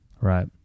Right